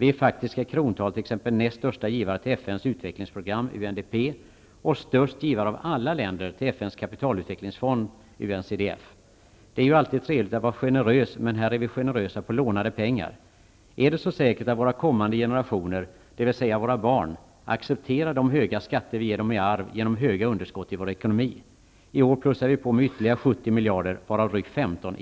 Vi är i faktiska krontal t.ex. näst största givare till FN:s utvecklingsprogram och störst givare av alla länder till FN:s kapitalutvecklingsfond . Det är ju alltid trevligt att vara generös, men här är vi generösa med lånade pengar. Är det så säkert att kommande generationer -- dvs. våra barn -- accepterar de höga skatter vi ger dem i arv genom stora underskott i vår ekonomi? I år plussar vi på med ytterligare 70 miljarder, varav drygt 15